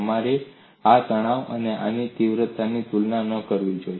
તમારે આ તણાવ અને આની તીવ્રતાની તુલના ન કરવી જોઈએ